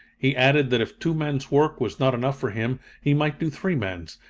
he added that if two men's work was not enough for him, he might do three men's,